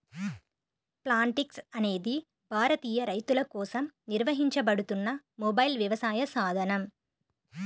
Plantix అనేది భారతీయ రైతులకోసం నిర్వహించబడుతున్న మొబైల్ వ్యవసాయ సాధనం